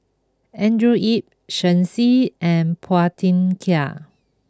Andrew Yip Shen Xi and Phua Thin Kiay